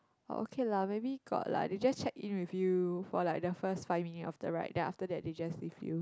oh okay lah maybe got lah they just check in with few for like the first five minutes of the ride then they just leave you